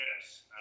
Yes